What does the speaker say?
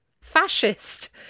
fascist